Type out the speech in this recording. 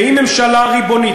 ואם ממשלה ריבונית,